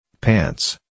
pants